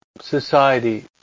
society